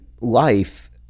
life